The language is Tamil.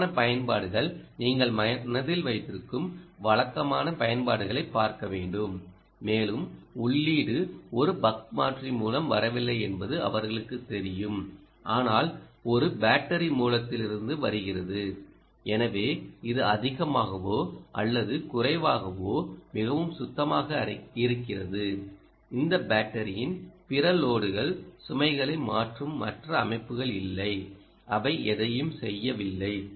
வழக்கமான பயன்பாடுகள் நீங்கள் மனதில் வைத்திருக்கும் வழக்கமான பயன்பாடுகளைப் பார்க்க வேண்டும் மேலும் உள்ளீடு ஒரு பக் மாற்றி மூலம் வரவில்லை என்பது அவர்களுக்குத் தெரியும் ஆனால் உண்மையில் ஒரு பேட்டரி மூலத்திலிருந்து வருகிறது எனவே இது அதிகமாகவோ அல்லது குறைவாகவோ மிகவும் சுத்தமாக இருக்கிறது இந்த பேட்டரியின் பிற லோடுகள் சுமைகளை மாற்றும் மற்ற அமைப்புகள் இல்லை அவை எதையும் செய்யவில்லை